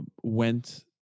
went